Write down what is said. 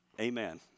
Amen